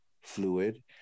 fluid